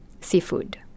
seafood